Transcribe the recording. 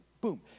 boom